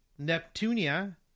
Neptunia